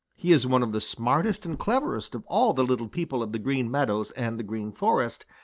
he is one of the smartest and cleverest of all the little people of the green meadows and the green forest,